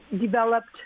developed